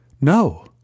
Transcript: No